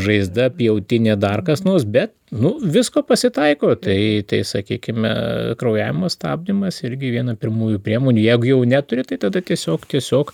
žaizda pjautinė dar kas nors bet nu visko pasitaiko tai tai sakykime kraujavimo stabdymas irgi viena pirmųjų priemonių jeigu jau neturi tai tada tiesiog tiesiog